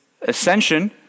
ascension